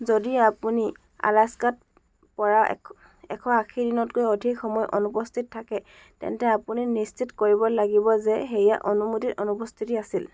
যদি আপুনি আলাস্কাতপৰা এশ এশ আশী দিনতকৈ অধিক সময় অনুপস্থিত থাকে তেন্তে আপুনি নিশ্চিত কৰিব লাগিব যে সেয়া অনুমোদিত অনুপস্থিতি আছিল